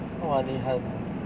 !wah! 你很